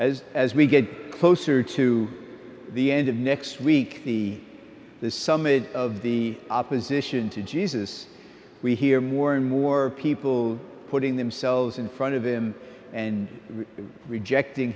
as as we get closer to the end of next week the the summit of the opposition to jesus we hear more and more people putting themselves in front of him and rejecting